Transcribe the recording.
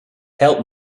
help